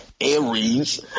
aries